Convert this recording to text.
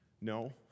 No